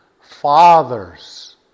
Fathers